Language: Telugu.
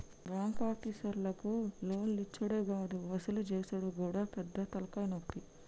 బాంకాపీసర్లకు లోన్లిచ్చుడే గాదు వసూలు జేసుడు గూడా పెద్ద తల్కాయనొప్పి